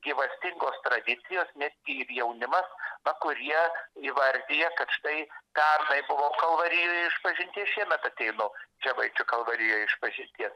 gyvastingos tradicijos netgi ir jaunimas na kurie įvardija kad štai pernai buvau kalvarijoje išpažinties šiemet ateinu žemaičių kalvarijoj išpažinties